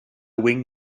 wing